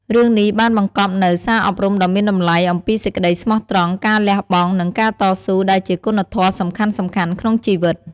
រឿងនេះបានបង្កប់នូវ សារអប់រំដ៏មានតម្លៃអំពីសេចក្តីស្មោះត្រង់ ការលះបង់ និងការតស៊ូ ដែលជាគុណធម៌សំខាន់ៗក្នុងជីវិត។